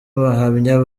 abahamya